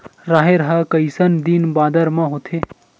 राहेर ह कइसन दिन बादर म होथे?